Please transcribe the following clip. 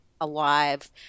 alive